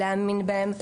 להאמין בהם,